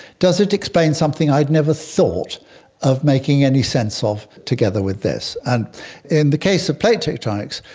does it explain something i'd never thought of making any sense of together with this. and in the case of plate tectonics,